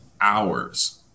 hours